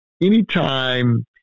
anytime